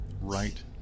right